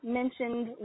mentioned